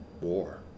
war